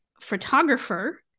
photographer